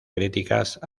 críticas